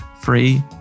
free